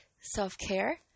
self-care